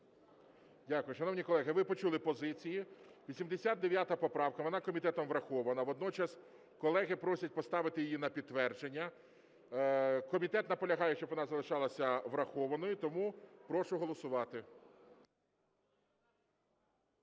Дякую. Шановні колеги, ви почули позиції. 89 поправка, вона комітетом врахована, водночас колеги просять поставити її на підтвердження. Комітет наполягає, щоб вона залишалася врахованою. Тому прошу голосувати.